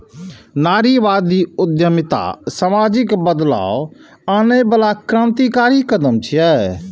नारीवादी उद्यमिता सामाजिक बदलाव आनै बला क्रांतिकारी कदम छियै